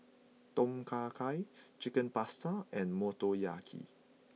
Tom Kha Gai Chicken Pasta and Motoyaki